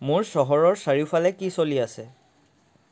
মোৰ চহৰৰ চাৰিওফালে কি চলি আছে